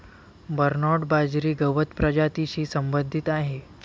Bernard बाजरी गवत प्रजातीशी संबंधित आहे